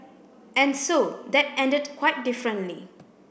and so that ended quite differently